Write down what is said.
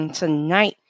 tonight